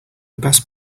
best